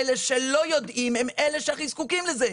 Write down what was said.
אלה שלא יודעים הם אלה שהכי זקוקים לזה.